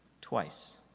twice